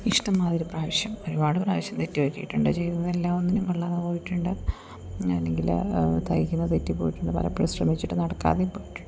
ഇഷ്ടംമാതിരി പ്രാവിശ്യം ഒരുപാട് പ്രാവിശ്യം തെറ്റ് പറ്റിയിട്ടുണ്ട് ചെയ്യുന്നതെല്ലാം ഒന്നിനും കൊള്ളാതെ പോയിട്ടുണ്ട് അല്ലെങ്കിൽ തയ്യിക്കുന്നത് തെറ്റിപ്പോയിട്ടുണ്ട് പലപ്പൊഴും ശ്രമിച്ചിട്ട് നടക്കാതെയും പോയിട്ടുണ്ട്